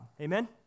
Amen